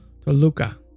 Toluca